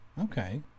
okay